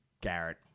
Garrett